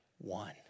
one